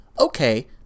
Okay